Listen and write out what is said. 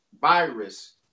virus